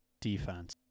defense